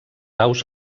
aus